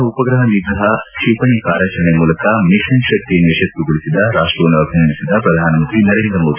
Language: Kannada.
ಭಾರತದ ಉಪಗ್ರಹ ನಿಗ್ರಹ ಕ್ಷಿಪಣಿಯ ಕಾರ್ಯಾಚರಣೆ ಮೂಲಕ ಮಿಷನ್ ಶಕ್ತಿಯನ್ನು ಯಶಸ್ವಿಗೊಳಿಸಿದ ರಾಷ್ಟವನ್ನು ಅಭಿನಂದಿಸಿದ ಪ್ರಧಾನಮಂತ್ರಿ ನರೇಂದ್ರ ಮೋದಿ